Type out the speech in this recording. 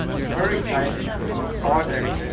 very exciting to see this project.